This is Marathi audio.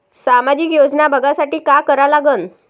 सामाजिक योजना बघासाठी का करा लागन?